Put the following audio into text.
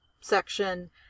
section